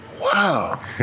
wow